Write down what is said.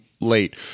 late